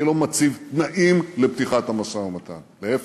אני לא מציב תנאים לפתיחת המשא-ומתן, להפך,